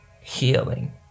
healing